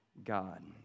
God